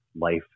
life